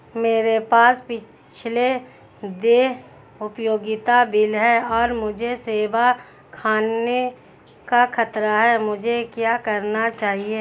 मेरे पास पिछले देय उपयोगिता बिल हैं और मुझे सेवा खोने का खतरा है मुझे क्या करना चाहिए?